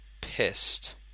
Pissed